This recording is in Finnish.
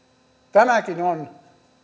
tämäkin on